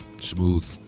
smooth